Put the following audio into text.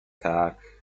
tak